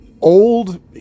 old